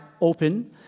open